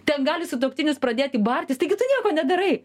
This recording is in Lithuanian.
ten gali sutuoktinis pradėti bartis taigi tu nieko nedarai